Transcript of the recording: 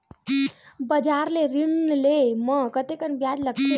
बजार ले ऋण ले म कतेकन ब्याज लगथे?